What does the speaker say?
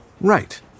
Right